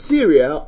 Syria